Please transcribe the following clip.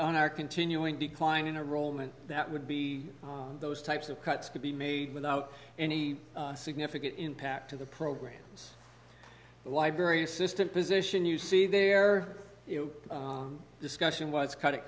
on our continuing decline in a role and that would be those types of cuts could be made without any significant impact to the programs library assistant position you see their discussion was cut it